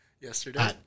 yesterday